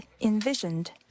envisioned